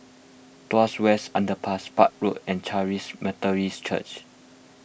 Tuas West Underpass Park Road and Charis Methodist Church